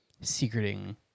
secreting